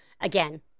Again